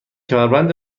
کمربند